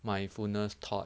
mindfulness thought